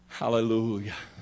hallelujah